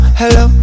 hello